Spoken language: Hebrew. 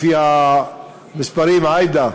לפי המספרים, עאידה,